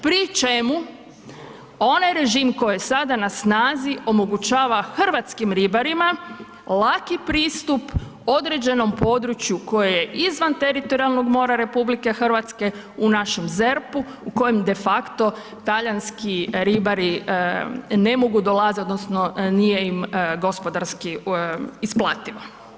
Pri čemu onaj režim koji je sada na snazi omogućava hrvatskim ribarima laki pristup određenom području koje je izvan teritorijalnog mora RH u našem ZERP-u u kojem de faco talijanski ribari ne mogu dolaziti odnosno nije im gospodarski isplativo.